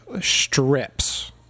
strips